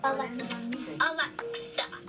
Alexa